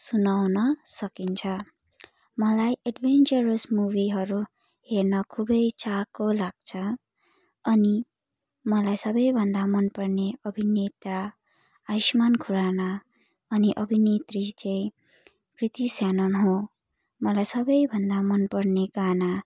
सुनाउन सकिन्छ मलाई एडभेन्चरस मुभिहरू हेर्न खुबै चासो लाग्छ अनि मलाई सबैभन्दा मन पर्ने अभिनेता आयुष्मान खुराना अनि अभिनेत्री चाहिँ कृति स्यानोन हो मलाई सबैभन्दा मन पर्ने गाना